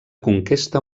conquesta